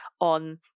on